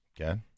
Okay